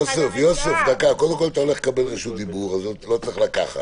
יוסף, בשבוע שעבר ישבנו כאן